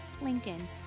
Lincoln